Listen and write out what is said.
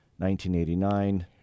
1989